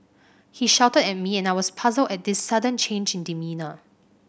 he shouted at me and I was puzzled at this sudden change in demeanour